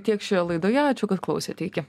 tiek šioje laidoje ačiū kad klausėte iki